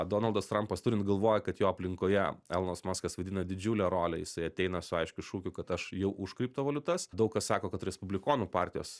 donaldas trampas turint galvoj kad jo aplinkoje elonas maskas vaidina didžiulę rolę jisai ateina su aiškiu šūkiu kad aš jau už kriptovaliutas daug kas sako kad respublikonų partijos